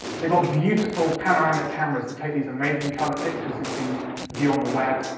they've got beautiful panoramic cameras that take these amazing colour pictures that you can view on the web.